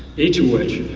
each of which